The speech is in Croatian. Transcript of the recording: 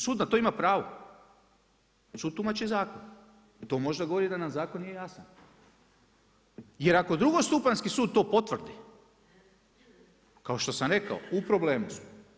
Sud na to ima pravo, sud tumači zakon, to možda govori da nam zakon nije jasan jer ako drugostupanjski sud to potvrdi, kao što sam rekao u problemu smo.